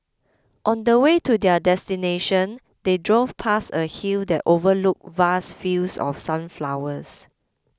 on the way to their destination they drove past a hill that overlooked vast fields of sunflowers